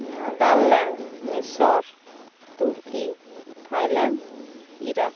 Netherland ᱢᱤᱥᱚᱨ Turkey Thailand Iraq